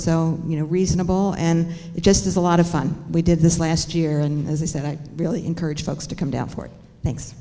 so you know reasonable and it just is a lot of fun we did this last year and is that i really encourage folks to come down for it